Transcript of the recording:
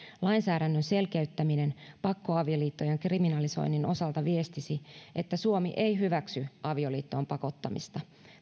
lainsäädännön selkeyttäminen pakkoavioliittojen kriminalisoinnin osalta viestisi että suomi ei hyväksy avioliittoon pakottamista